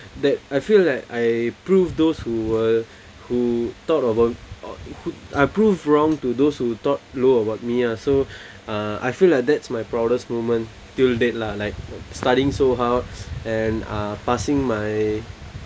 that I feel that I prove those who were who thought about uh who I proved wrong to those who thought low about me lah so uh I feel like that's my proudest moment until date lah like studying so hard and uh passing my